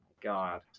God